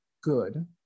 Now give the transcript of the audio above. good